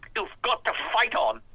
you've got to fight on!